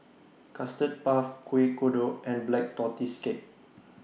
Custard Puff Kuih Kodok and Black Tortoise Cake